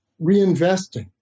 reinvesting